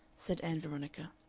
said ann veronica.